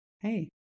Hey